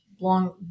long